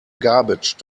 garbage